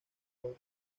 orden